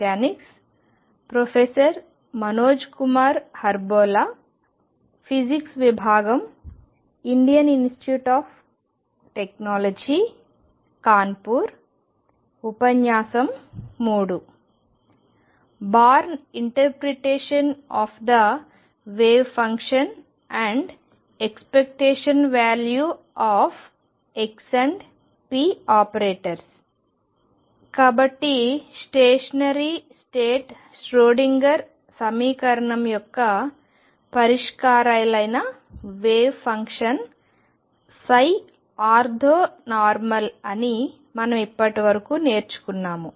కాబట్టి stationary state Schrodinger సమీకరణం యొక్క పరిష్కారాలైన వేవ్ ఫంక్షన్ ఆర్థోనార్మల్ అని మనం ఇప్పటివరకు నేర్చుకున్నాము